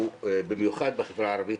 במיוחד בחברה הערבית,